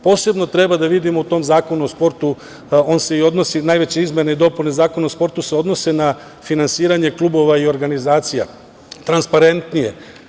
Posebno treba da vidimo u tom Zakonu o sportu, najveće izmene i dopune Zakona o sportu se odnose na finansiranje klubova i organizacija, transparentnije.